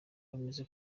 bameze